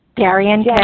Darian